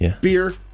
Beer